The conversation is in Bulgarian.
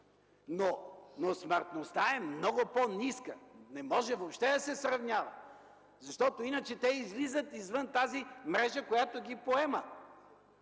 но смъртността е много по-ниска. Не може въобще да има сравнение. Иначе, те излизат извън тази мрежа, която ги поема